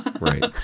Right